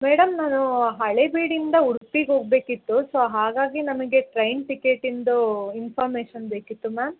madam ನಾನು ಹಳೆಬೀಡಿಂದ ಉಡ್ಪಿಗೆ ಹೋಗಬೇಕಿತ್ತು ಸೊ ಹಾಗಾಗಿ ನಮಗೆ ಟ್ರೈನ್ ಟಿಕೆಟಿಂದು ಇನ್ಫಾಮೇಷನ್ ಬೇಕಿತ್ತು ಮ್ಯಾಮ್